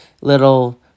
little